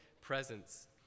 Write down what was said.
presence